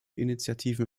initiativen